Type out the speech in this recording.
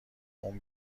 اون